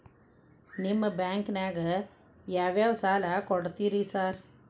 ನಿಮ್ಮ ಬ್ಯಾಂಕಿನಾಗ ಯಾವ್ಯಾವ ಸಾಲ ಕೊಡ್ತೇರಿ ಸಾರ್?